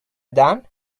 done